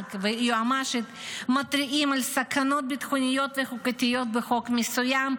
שב"כ והיועמ"שית מתריעים על סכנות ביטחוניות וחוקתיות בחוק מסוים,